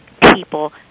people